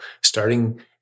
starting